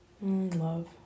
Love